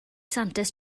santes